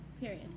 period